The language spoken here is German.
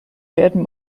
werden